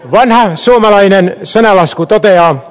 vanha suomalainen sananlasku toteaa